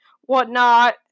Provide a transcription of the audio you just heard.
whatnot